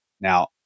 Now